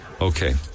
Okay